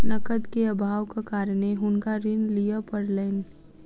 नकद के अभावक कारणेँ हुनका ऋण लिअ पड़लैन